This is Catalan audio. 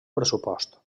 pressupost